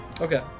Okay